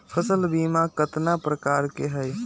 फसल बीमा कतना प्रकार के हई?